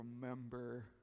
remember